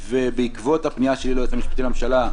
בעקבות הפנייה שלי ליועץ המשפטי לממשלה,